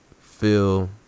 feel